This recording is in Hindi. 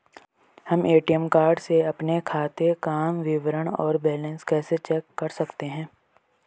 हम ए.टी.एम कार्ड से अपने खाते काम विवरण और बैलेंस कैसे चेक कर सकते हैं?